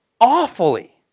awfully